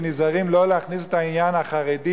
שנזהרים לא להכניס את העניין החרדי